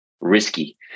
risky